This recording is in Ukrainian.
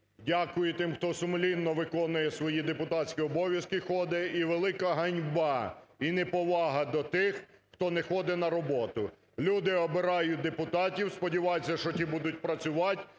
дякую тим, хто сумлінно виконує свої депутатські обов'язки ходить і велика ганьба і неповага до тих, хто не ходить на роботу. Люди обирають депутатів, сподіваються, що ті будуть працювати,